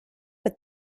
but